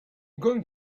going